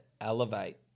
elevate